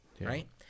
right